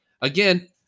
Again